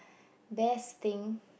best thing